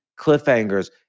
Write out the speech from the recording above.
cliffhangers